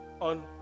on